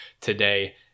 today